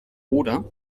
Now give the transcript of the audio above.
oder